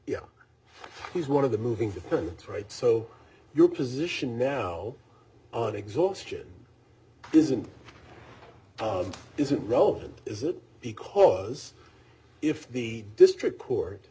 who's one of the moving right so your position now on exhaustion isn't isn't relevant is it because if the district court